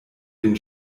den